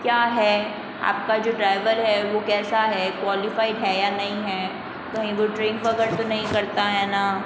क्या है आपका जो ड्राइवर है वो कैसा है क्वालिफाइड है या नहीं है कही वो ड्रिंक वगैरह तो नहीं करता है ना